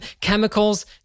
chemicals